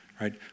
right